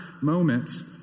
moments